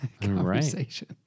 conversation